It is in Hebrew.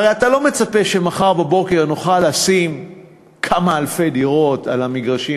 הרי אתה לא מצפה שמחר בבוקר נוכל לשים כמה אלפי דירות על המגרשים,